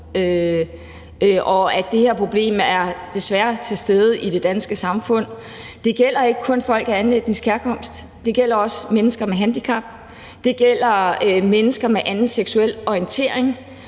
Det her problem er desværre til stede i det danske samfund. Det gælder ikke kun folk af anden etnisk herkomst. Det gælder også mennesker med handicap. Det gælder mennesker med en anden seksuel orientering,